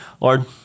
Lord